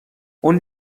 اون